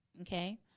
okay